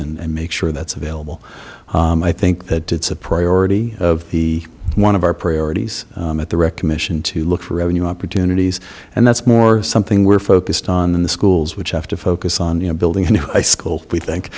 and make sure that's available i think that it's a priority of the one of our priorities at the recognition to look for revenue opportunities and that's more something we're focused on in the schools which have to focus on the a building in high school we